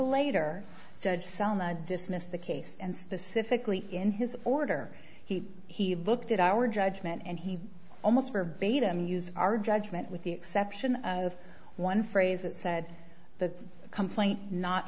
later judge selma dismissed the case and specifically in his order he heaved looked at our judgment and he almost verbatim used our judgment with the exception of one phrase that said th